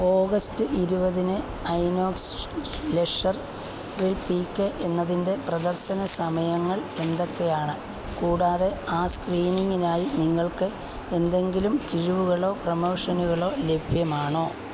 August ഇരുപതിന് ഐനോക്സ് ലെഷർ പി കെ എന്നതിൻ്റെ പ്രദർശന സമയങ്ങൾ എന്തൊക്കെയാണ് കൂടാതെ ആ സ്ക്രീനിംഗിനായി നിങ്ങൾക്ക് എന്തെങ്കിലും കിഴിവുകളോ പ്രമോഷനുകളോ ലഭ്യമാണോ